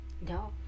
no